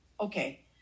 okay